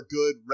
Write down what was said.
good